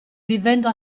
vivendo